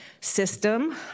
system